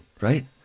right